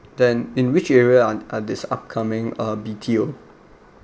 then in which area are are this upcoming uh B_T_O